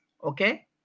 Okay